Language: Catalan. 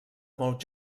molt